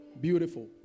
Beautiful